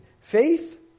Faith